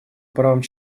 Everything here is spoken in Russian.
правам